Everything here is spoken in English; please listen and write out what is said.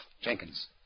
Jenkins